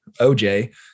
OJ